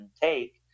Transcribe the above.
take